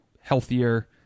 healthier